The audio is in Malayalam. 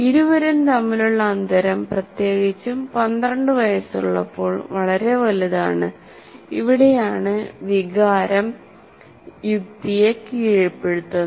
ഇരുവരും തമ്മിലുള്ള അന്തരം പ്രത്യേകിച്ചും 12 വയസ്സുള്ളപ്പോൾ വളരെ വലുതാണ് ഇവിടെയാണ് വികാരം കാരണങ്ങളെ കീഴ്പ്പെടുത്തുന്നത്